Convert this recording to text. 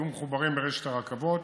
יהיו מחוברים ברשת הרכבות,